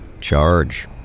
Charge